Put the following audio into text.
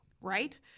right